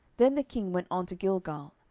then the king went on to gilgal,